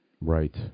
Right